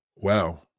Wow